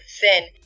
thin